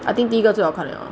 I think 第一个最好看了